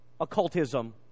occultism